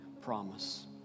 promise